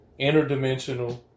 interdimensional